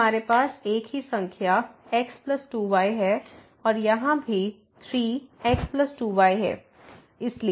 तो हमारे पास एक ही संख्या x 2 y है और यहाँ भी 3 x 2 y है